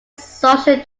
social